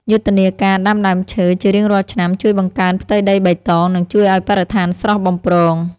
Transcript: យុទ្ធនាការដាំដើមឈើជារៀងរាល់ឆ្នាំជួយបង្កើនផ្ទៃដីបៃតង និងជួយឱ្យបរិស្ថានស្រស់បំព្រង។